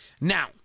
Now